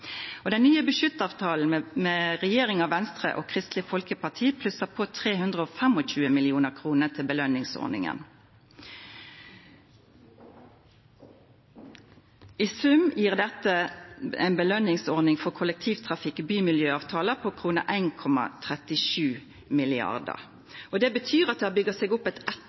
Den nye budsjettavtalen mellom regjeringa, Venstre og Kristeleg Folkeparti plussar på 325 mill. kr til belønningsordninga. I sum gjev dette ei belønningsordning for kollektivtrafikk og bymiljøavtalar på 1,37 mrd. kr. Det betyr at det byggjer seg opp eit